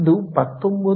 அது19